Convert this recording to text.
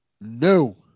No